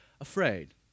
afraid